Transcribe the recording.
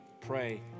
pray